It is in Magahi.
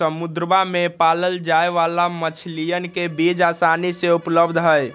समुद्रवा में पाल्ल जाये वाला मछलीयन के बीज आसानी से उपलब्ध हई